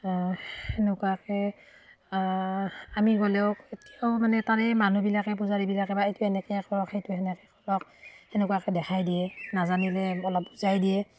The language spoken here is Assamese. সেনেকুৱাকৈ আমি গ'লেও এতিয়াও মানে তাৰে মানুহবিলাকে পূজাৰীবিলাকে বা এইটো এনেকৈ কৰক সেইটো সেনেকৈ কৰক সেনেকুৱাকৈ দেখাই দিয়ে নাজানিলে অলপ বুজাই দিয়ে